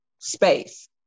space